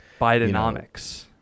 Bidenomics